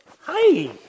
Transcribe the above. Hi